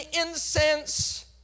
incense